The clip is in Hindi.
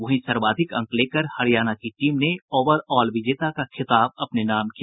वहीं सर्वाधिक अंक लेकर हरियाणा की टीम ने ओवल ऑल विजेता का खिताब अपने नाम किया